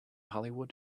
hollywood